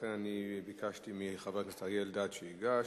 ולכן ביקשתי מחבר הכנסת אריה אלדד שייגש.